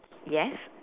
yes